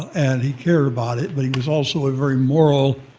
and he cared about it. but he was also a very moral,